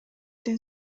ден